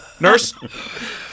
Nurse